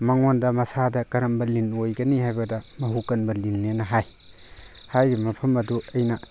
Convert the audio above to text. ꯃꯉꯣꯟꯗ ꯃꯁꯥꯗ ꯀꯔꯝꯕ ꯂꯤꯟ ꯑꯣꯏꯒꯅꯤ ꯍꯥꯏꯕꯗ ꯃꯍꯨ ꯀꯟꯕ ꯂꯤꯟꯅꯦꯅ ꯍꯥꯏ ꯍꯥꯏꯔꯤꯕ ꯃꯐꯝ ꯑꯗꯨ ꯑꯩꯅ